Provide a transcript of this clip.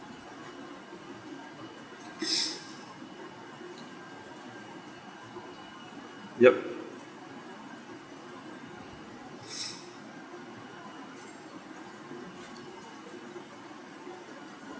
yup